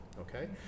okay